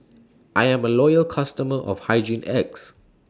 I Am A Loyal customer of Hygin X